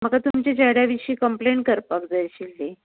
म्हाका तुमच्या चेड्या विशीं कंप्लेन करपाक जाय आशिल्ली